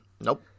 Nope